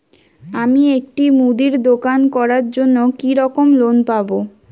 আমি একটি মুদির দোকান করার জন্য কি রকম লোন পাব?